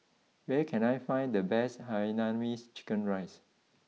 where can I find the best Hainanese Chicken Rice